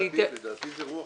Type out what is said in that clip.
לדעתי זה רוח